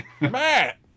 Matt